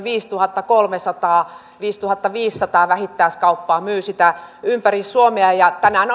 viisituhattakolmesataa viiva viisituhattaviisisataa vähittäiskauppaa myy sitä ympäri suomea tänään